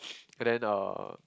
and then uh